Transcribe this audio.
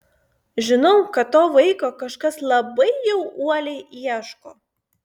žinau kad to vaiko kažkas labai jau uoliai ieško